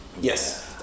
Yes